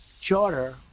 charter